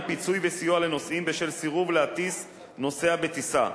פיצוי וסיוע לנוסעים בשל סירוב להטיס נוסע בטיסה,